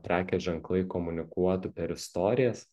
prekės ženklai komunikuotų per istorijas